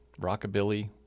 Rockabilly